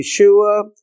Yeshua